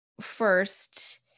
first